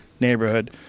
neighborhood